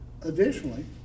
Additionally